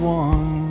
one